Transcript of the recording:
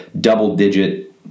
double-digit